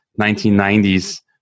1990s